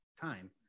time